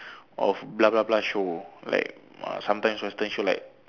of blah blah blah show like uh sometimes western show like